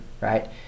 right